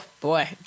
boy